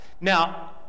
Now